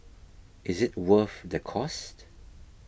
is it worth the cost